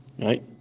Right